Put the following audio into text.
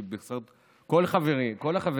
בזכות כל החברים,